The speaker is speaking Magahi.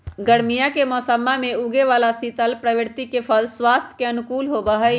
गर्मीया के मौसम्मा में उगे वाला शीतल प्रवृत्ति के फल स्वास्थ्य के अनुकूल होबा हई